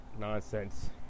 nonsense